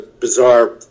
bizarre